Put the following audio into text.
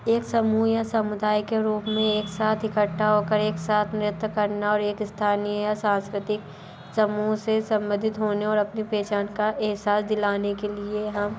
एक समूह या समुदाय के रूप मे एक साथ इकट्ठा हो कर एक साथ नृत्य करना और एक स्थानीय सांस्कृतिक समूह से सम्बन्धित होने और अपने पहचान का एहसास दिलाने के लिए हम